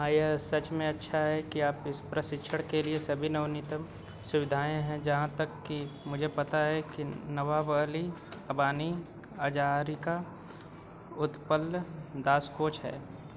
हाँ यह सच में अच्छा है कि यहाँ पर इस प्रशिक्षण के लिए सभी नवीनतम सुविधाएँ हैं जहाँ तक कि मुझे पता है कि नवाब अली अबानी हजारिका उत्पल दास कोच हैं